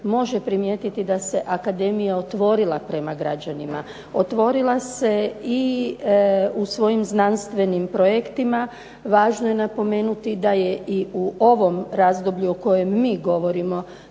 može primijetiti da se akademija otvorila prema građanima, otvorila se i u svojim znanstvenim projektima, važno je napomenuti da je i u ovom razdoblju o kojem mi govorimo